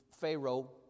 Pharaoh